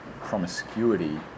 promiscuity